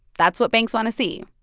that's what banks want to see.